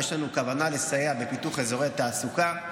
ויש לנו כוונה לסייע בפיתוח אזורי תעסוקה.